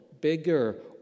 bigger